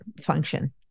function